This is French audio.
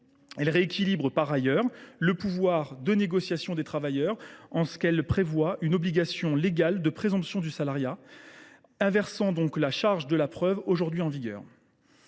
Elle rééquilibre par ailleurs le pouvoir de négociation des travailleurs en instituant une obligation légale de présomption de salariat, inversant la charge de la preuve aujourd’hui en vigueur.